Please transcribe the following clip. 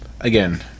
Again